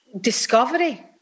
discovery